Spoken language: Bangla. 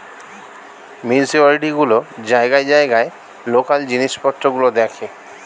মিউনিসিপালিটি গুলো জায়গায় জায়গায় লোকাল জিনিসপত্র গুলো দেখে